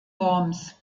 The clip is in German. worms